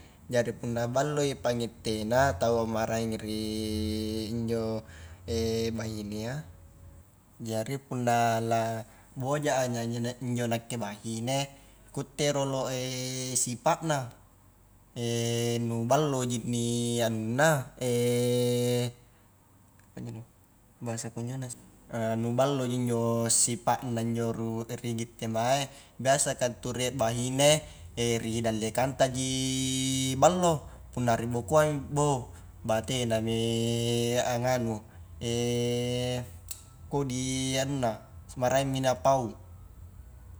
Jari punna balloi pangittena, tau maraeng ri injo bainea, jari punna la boja a njo nakke bahine kutte rolo sipa na, nu balloji ni anunna apanjo do bahasa konjona, nu balloji injo sipa na injo ruri gitte mae, biasa ka ntu rie bahine ridallekangtaji ballo, punna ribokoangi boh batenami anganu kodi anunna, maraengmi napau.